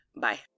Bye